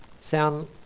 Sound